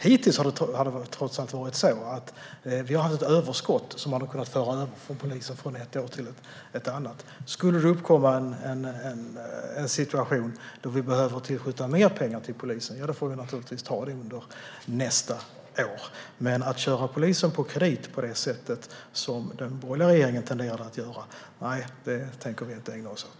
Hittills har det trots allt varit så att vi har haft ett överskott som polisen har kunnat föra över från ett år till ett annat. Skulle det uppkomma en situation då vi behöver tillskjuta mer pengar till polisen får vi naturligtvis ta det under nästa år. Men att köra polisen på kredit på det sätt som den borgerliga regeringen tenderade att göra tänker vi inte ägna oss åt.